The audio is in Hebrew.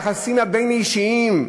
היחסים הבין-אישיים,